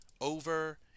over